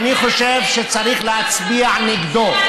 אני חושב שצריך להצביע נגדו,